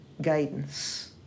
guidance